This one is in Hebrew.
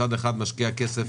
מצד אחד משקיעה כסף